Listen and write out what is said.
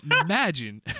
imagine